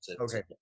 okay